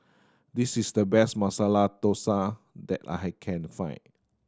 this is the best Masala Dosa that I can find